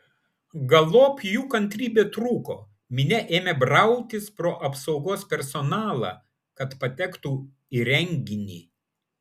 galop jų kantrybė trūko minia ėmė brautis pro apsaugos personalą kad patektų į renginį